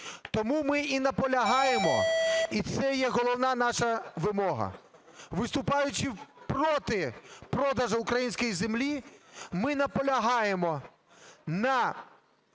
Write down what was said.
Тому ми і наполягаємо, і це є головна наша вимога, виступаючи проти продажу української землі, ми наполягаємо на